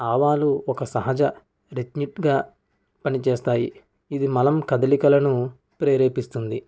ఆవాలు ఒక సహజ పనిచేస్తాయి ఇది మలం కదలికలను ప్రేరేపిస్తుంది